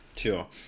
Sure